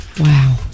Wow